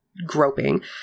groping